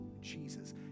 Jesus